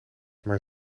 maar